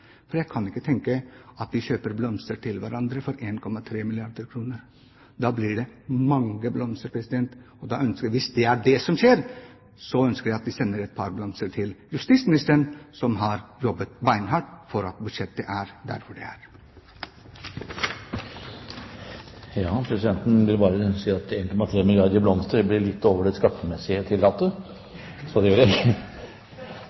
for jeg kan ikke tenke meg at de kjøper blomster til hverandre for 1,3 milliarder kr. Da blir det mange blomster! Hvis det er det som skjer, ønsker jeg at vi sender et par blomster til justisministeren, som har jobbet beinhardt for at budsjettet er der det er. Presidenten vil bare si at 1,3 milliarder kr i blomster blir litt over det